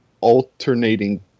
alternating